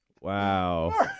Wow